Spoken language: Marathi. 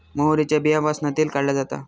मोहरीच्या बीयांपासना तेल काढला जाता